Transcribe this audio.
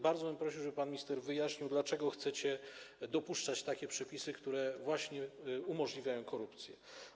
Bardzo bym prosił, żeby pan minister wyjaśnił, dlaczego chcecie dopuszczać takie przepisy, które właśnie umożliwiają korupcję.